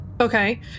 Okay